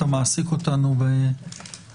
אתה מעסיק אותנו בהצעותיך,